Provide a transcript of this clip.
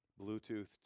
Bluetooth